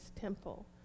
temple